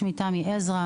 שמי תמי עזרא.